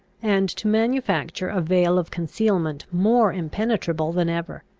and to manufacture a veil of concealment more impenetrable than ever.